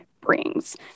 brings